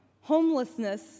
Homelessness